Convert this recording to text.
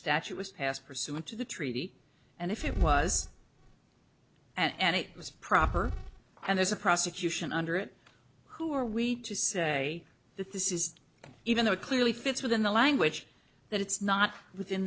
statute was passed pursuant to the treaty and if it was and it was proper and there's a prosecution under it who are we to say that this is even though it clearly fits within the language that it's not within